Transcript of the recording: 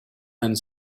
and